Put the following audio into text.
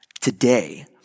today